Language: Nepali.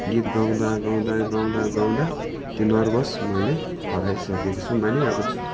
गीत गाउँदा गाउँदा गाउँदा गाउँदा त्यो नर्भस मैले हराइसकेको छु माने अब